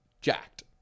jacked